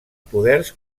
poders